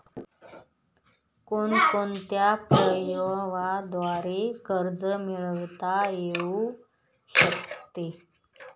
कोणकोणत्या पर्यायांद्वारे कर्ज मिळविता येऊ शकते?